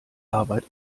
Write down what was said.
arbeit